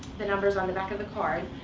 the numbers on the back of the card.